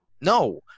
No